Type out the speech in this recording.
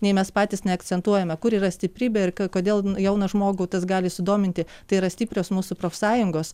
nei mes patys neakcentuojame kur yra stiprybė ir kai kodėl jauną žmogų tas gali sudominti tai yra stiprios mūsų profsąjungos